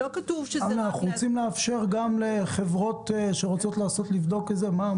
אנחנו רוצים לאפשר לחברות שרוצות לנסות להן לבדוק את זה.